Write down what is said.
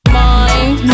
mind